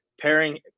pairing